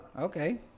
okay